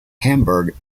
hamburg